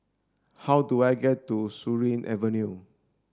how do I get to Surin Avenue